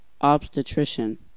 obstetrician